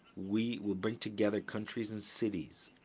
we will bring together countries and cities,